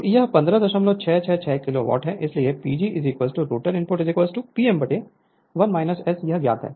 तो यह 15666 किलोवाट है इसलिए PG rotor input P m 1 S यह ज्ञात है